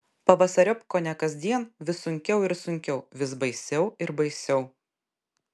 pavasariop kone kasdien vis sunkiau ir sunkiau vis baisiau ir baisiau